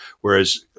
Whereas